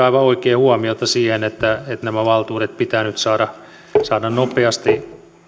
aivan oikein huomiota myös siihen että nämä valtuudet pitää nyt saada saada nopeasti